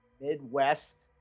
Midwest